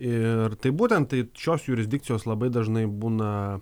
ir taip būtent šios jurisdikcijos labai dažnai būna